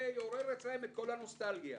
ויעורר אצלם את כל הנוסטלגיה.